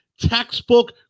textbook